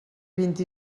vint